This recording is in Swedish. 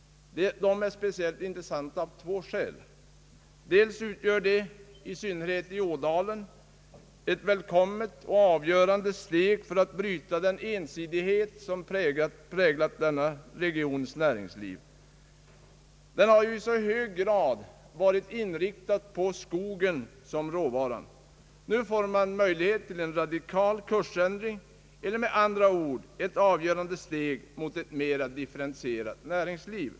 De är särskilt intressanta av två skäl. För det första är detta, i synnerhet i Ådalen, ett välkommet och avgörande steg för att bryta den ensidighet som präglat denna regions näringsliv. Det har i mycket hög grad varit inriktat på skogen som råvara. Nu får man möjlighet att göra en radikal kursändring. Det är med andra ord ett avgörande steg mot ett mer differentierat näringsliv.